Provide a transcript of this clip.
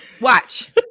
Watch